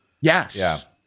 yes